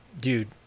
dude